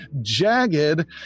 Jagged